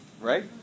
right